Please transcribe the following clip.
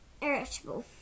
irritable